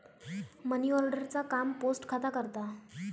money order चा काम post खाता करता